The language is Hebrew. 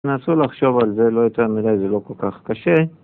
תנסו לחשוב על זה, לא יותר מדי, זה לא כל כך קשה.